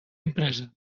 impresa